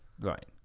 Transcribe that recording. Right